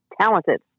talented